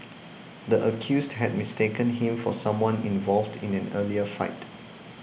the accused had mistaken him for someone involved in an earlier fight